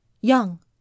young